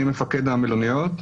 אני מפקד המלוניות.